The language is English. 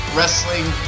Wrestling